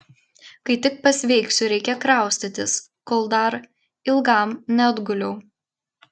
kai tik pasveiksiu reikia kraustytis kol dar ilgam neatguliau